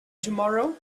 tomorrow